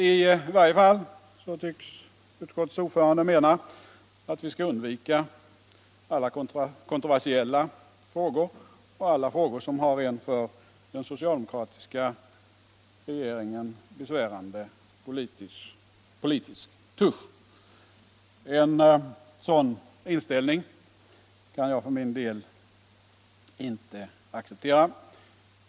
I varje fall tycks utskottets ordförande anse att vi skall undvika alla kontroversiella frågor och alla frågor som har en för den socialdemokratiska regeringen besvärande politisk touche. En sådan inställning kan jag för min del inte acceptera.